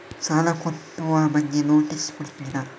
ಸಾಲ ಕಟ್ಟುವ ಬಗ್ಗೆ ನೋಟಿಸ್ ಕೊಡುತ್ತೀರ?